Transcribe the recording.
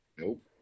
Nope